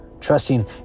trusting